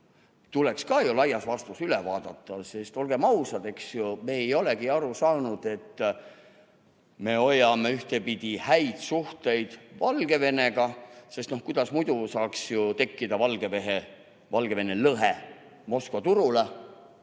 tuleks ju laias laastus üle vaadata. Olgem ausad, eks ju, me ei olegi aru saanud, et me hoiame ühtepidi häid suhteid Valgevenega, sest kuidas muidu saaks tekkida Valgevene lõhe Moskva turule,